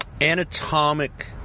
anatomic